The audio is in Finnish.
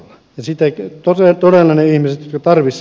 aika taisi loppua